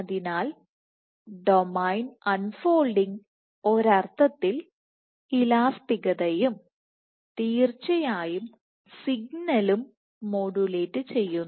അതിനാൽ domain unfolding ഒരർത്ഥത്തിൽ ഇലാസ്തികതയും തീർച്ചയായും സിഗ്നലിംഗും മോഡുലേറ്റു ചെയ്യുന്നു